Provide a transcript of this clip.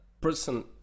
person